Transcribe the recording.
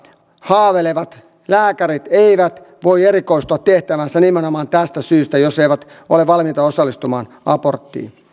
haaveilevat lääkärit eivät voi erikoistua tehtäväänsä nimenomaan tästä syystä jos eivät ole valmiita osallistumaan aborttiin